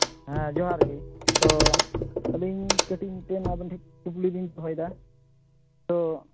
ᱦᱮᱸ ᱡᱚᱦᱟᱨ ᱜᱮ ᱛᱚ ᱟᱹᱞᱤᱧ ᱠᱟᱹᱴᱤᱡ ᱢᱤᱫᱴᱮᱱ ᱟᱵᱮᱱ ᱴᱷᱮᱱ ᱠᱩᱠᱞᱤ ᱞᱤᱧ ᱫᱚᱦᱚᱭᱮᱫᱟ ᱛᱚ